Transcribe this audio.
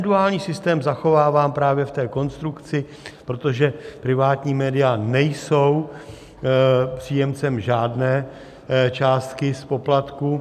Duální systém zachovávám právě v té konstrukci, protože privátní média nejsou příjemcem žádné částky z poplatků.